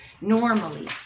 normally